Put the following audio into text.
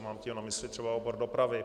Mám tím na mysli třeba obor dopravy.